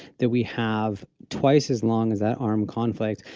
that we have twice as long as that armed conflict,